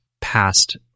past